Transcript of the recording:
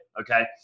Okay